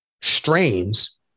strains